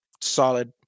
solid